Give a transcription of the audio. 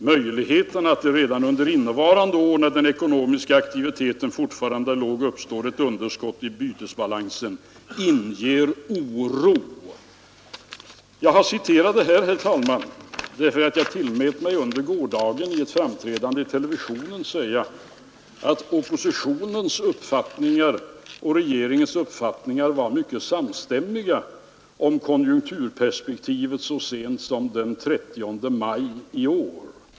Möjligheterna att det redan under innevarande år, när den ekonomiska aktiviteten fortfarande är låg, uppstår ett underskott i bytesbalansen inger oro.” Jag har citerat det här, herr talman, därför att jag tillät mig att under gårdagen, i ett framträdande i televisionen, säga att oppositionens uppfattningar och regeringens uppfattningar om konjunkturperspektivet var mycket samstämmiga så sent som den 30 maj i år.